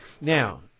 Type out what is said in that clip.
Now